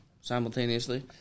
Simultaneously